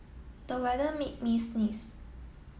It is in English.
the weather made me sneeze